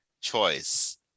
choice